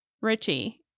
Richie